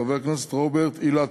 חבר הכנסת רוברט אילטוב,